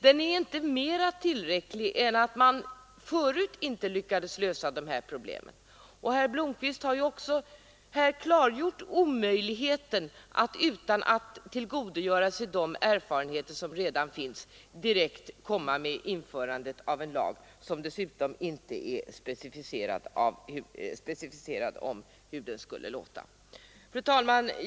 Den är inte mera tillräcklig än att man där förut inte lyckades lösa de här problemen. Herr Blomkvist har också klargjort omöjligheten av att, utan att tillgodogöra sig de erfarenheter som snart står att få, direkt införa en lag — särskilt som det inte är specificerat hur den skulle lyda. Fru talman!